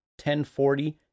1040